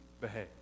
behave